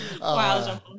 Wow